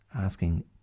asking